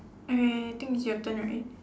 okay I think is your turn right